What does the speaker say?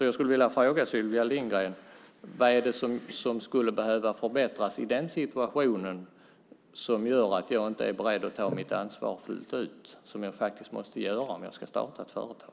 Jag skulle vilja ställa en fråga Sylvia Lindgren: Vad är det som skulle behöva förbättras i den situationen för att jag ska vara beredd att ta mitt ansvar fullt ut, vilket jag faktiskt måste göra om jag ska starta ett företag?